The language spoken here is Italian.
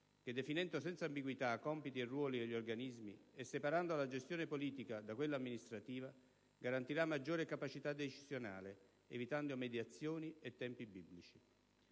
che, definendo senza ambiguità compiti e ruoli degli organismi e separando la gestione politica da quella amministrativa, garantirà maggiore capacità decisionale, evitando mediazioni e tempi biblici.